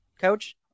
Coach